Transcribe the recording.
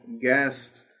guest